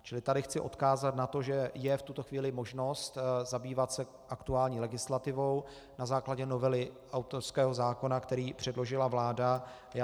Čili tady chci odkázat na to, že je v tuto chvíli možnost zabývat se aktuální legislativou na základě novely autorského zákona, který předložila vláda.